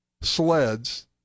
sleds